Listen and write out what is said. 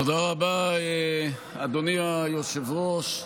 תודה רבה, אדוני היושב-ראש.